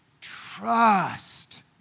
trust